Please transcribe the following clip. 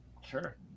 Sure